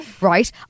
right